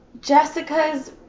Jessica's